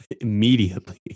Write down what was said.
Immediately